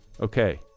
okay